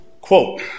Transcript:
Quote